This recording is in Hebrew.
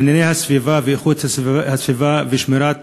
ענייני הסביבה, איכות הסביבה ושמירת